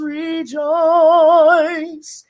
rejoice